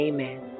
Amen